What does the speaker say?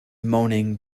moaning